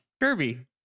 Kirby